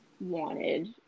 wanted